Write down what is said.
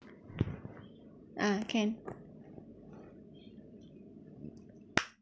ah can